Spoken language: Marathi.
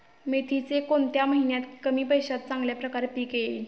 मेथीचे कोणत्या महिन्यात कमी पैशात चांगल्या प्रकारे पीक येईल?